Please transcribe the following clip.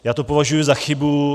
Já to považuji za chybu.